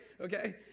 Okay